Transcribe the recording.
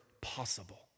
possible